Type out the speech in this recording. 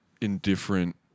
indifferent